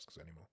anymore